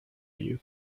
you